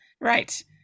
right